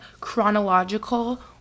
chronological